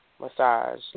massage